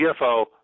CFO